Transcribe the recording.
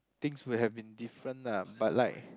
things would have been different lah but like